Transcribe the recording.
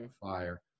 fire